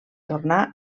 tornar